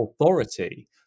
authority